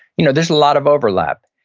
you know there's a lot of overlap.